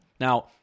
Now